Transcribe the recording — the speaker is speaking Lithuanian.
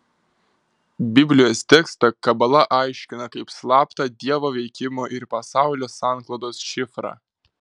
biblijos tekstą kabala aiškina kaip slaptą dievo veikimo ir pasaulio sanklodos šifrą